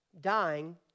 dying